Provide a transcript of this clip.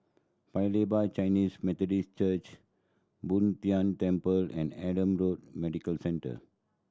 Paya Lebar Chinese Methodist Church Boon Tien Temple and Adam Road Medical Centre